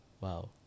Wow